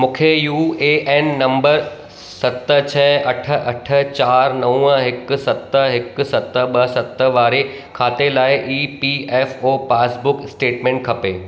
मूंखे U A N number सत छह अठ अठ चार नव हिकु सत हिकु सत ॿ सत वारे खाते लाइ E P F O passbook statement खपे